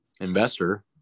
investor